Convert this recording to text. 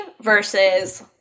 versus